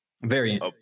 Variant